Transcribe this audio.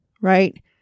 right